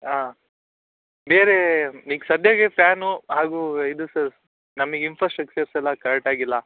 ಹಾಂ ಬೇರೆ ಈಗ ಸದ್ಯಕ್ಕೆ ಫ್ಯಾನು ಹಾಗು ಇದು ಸರ್ ನಮಗೆ ಇನ್ಫ್ರಾಸ್ಟ್ರಕ್ಚರ್ಸ್ ಎಲ್ಲ ಕರೆಕ್ಟಾಗಿ ಇಲ್ಲ